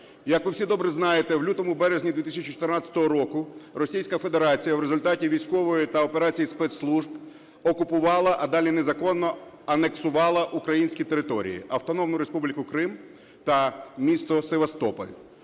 Як ви всі добре знаєте, в лютому-березні 2014 року Російська Федерація в результаті військової та операції спецслужб окупувала, а далі – незаконно анексувала, українські території – Автономну Республіку Крим та місто Севастополь.